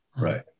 right